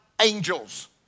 angels